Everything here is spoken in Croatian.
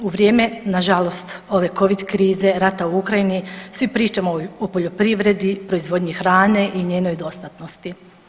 U vrijeme nažalost ove Covid krize, rata u Ukrajini svi pričamo o poljoprivredni, proizvodnji hrane i njenoj dostatnosti.